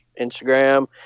Instagram